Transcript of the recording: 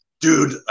dude